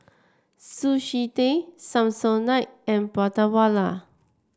Sushi Tei Samsonite and Prata Wala